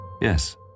yes